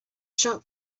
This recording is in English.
shop